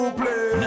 play